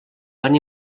van